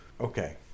Okay